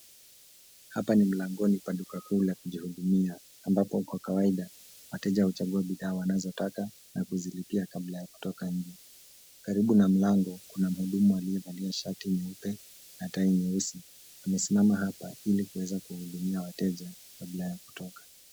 Hapa ni mlangoni pa duka kuu la kujihudumia ambapo kwa kawaida wateja huchagua bidhaa wanazotaka na kuzilipia kabla ya kutoka nje. Karibu na mlango, kuna mhudumu aliyevalia shati nyeupe na tai nyeusi, amesimama hapa ili kuweza kuhudumia wateja kabla ya kutoka.